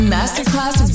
Masterclass